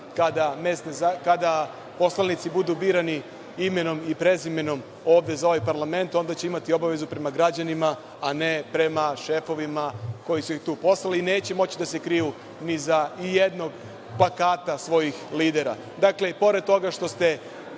kada poslanici budu birani imenom i prezimenom ovde za ovaj parlament, onda će imati obavezu prema građanima, a ne prema šefovima koji su ih tu postavili i neće moći da se kriju ni iza jednog plakata svojih lidera. Dakle, i pored toga što ste